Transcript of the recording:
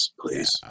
please